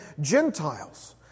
Gentiles